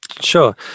Sure